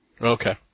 Okay